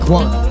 one